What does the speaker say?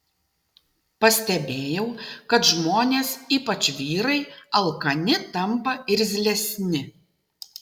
pastebėjau kad žmonės ypač vyrai alkani tampa irzlesni